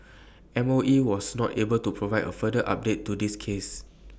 mOE was not able to provide A further update to this case